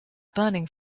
burning